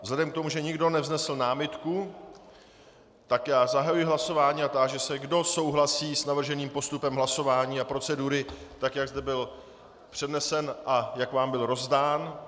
Vzhledem k tomu, že nikdo nevznesl námitku, zahajuji hlasování a táži se, kdo souhlasí s navrženým postupem hlasování a procedury, tak jak zde byl přednesen a jak vám byl rozdán.